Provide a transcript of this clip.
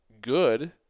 good